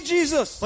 Jesus